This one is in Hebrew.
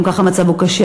גם כך המצב הוא קשה.